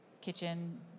kitchen